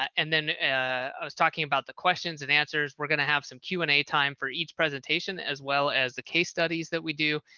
and then was talking about the questions and answers, we're going to have some q and a time for each presentation, as well as the case studies that we do.